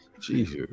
Jesus